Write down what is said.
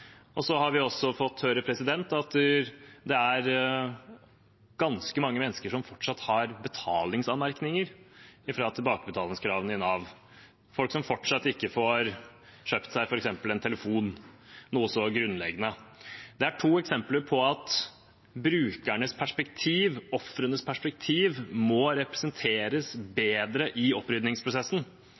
har også fått høre at det er ganske mange mennesker som fortsatt har betalingsanmerkninger fra tilbakebetalingskravene i Nav, folk som fortsatt ikke får kjøpt seg f.eks. en telefon – noe så grunnleggende. Det er to eksempler på at brukernes perspektiv, ofrenes perspektiv, må representeres bedre i